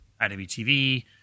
IWTV